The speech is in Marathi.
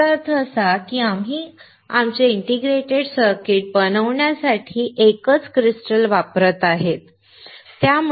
याचा अर्थ असा आहे की आम्ही आमचे इंटिग्रेटेड सर्किट बनवण्यासाठी एकच क्रिस्टल वापरत आहोत